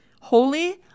Holy